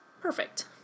Perfect